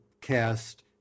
cast